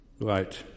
Right